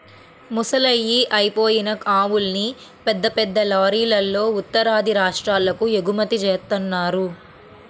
ముసలయ్యి అయిపోయిన ఆవుల్ని పెద్ద పెద్ద లారీలల్లో ఉత్తరాది రాష్ట్రాలకు ఎగుమతి జేత్తన్నారు